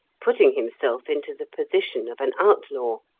putting himself into the position of an outlaw.